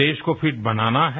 देश को फिट बनाना है